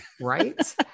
Right